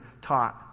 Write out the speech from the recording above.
taught